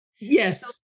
Yes